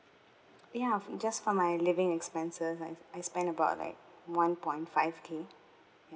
ya just for my living expenses like I spend about like one point five K